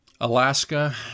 Alaska